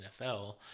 NFL